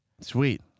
Sweet